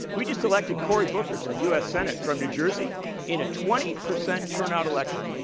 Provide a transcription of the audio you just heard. we just elected cory booker to the us senate from new jersey in a twenty percent turnout election.